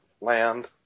Land